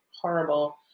horrible